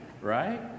right